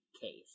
case